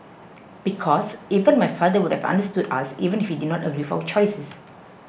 because even my father would have understood us even if he did not agree with our choices